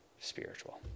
spiritual